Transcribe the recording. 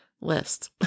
list